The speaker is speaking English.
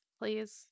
please